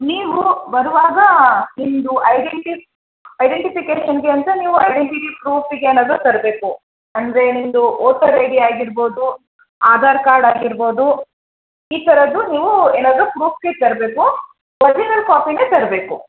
ನೀವು ಬರುವಾಗ ನಿಮ್ಮದು ಐಡೆಂಟಿ ಐಡೆಂಟಿಫಿಕೇಷನ್ಗೆ ಅಂತ ನೀವು ಐಡೆಂಟಿಟಿ ಪ್ರೂಫಿಗೆ ಏನಾದರು ತರಬೇಕು ಅಂದರೆ ನಿಮ್ಮದು ಓಟರ್ ಐಡಿ ಆಗಿರ್ಬೋದು ಆಧಾರ್ ಕಾರ್ಡ್ ಆಗಿರ್ಬೋದು ಈ ಥರದ್ದು ನೀವು ಏನಾದರು ಪ್ರೂಫ್ಗೆ ತರಬೇಕು ಒರ್ಜಿನಲ್ ಕಾಪಿನೇ ತರಬೇಕು